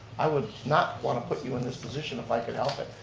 i would not want to put you in this position if i could help it,